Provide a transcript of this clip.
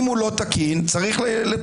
אם הוא לא תקין, צריך לתקן.